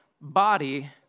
body